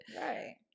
right